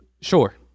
Sure